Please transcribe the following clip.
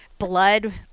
Blood